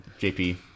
JP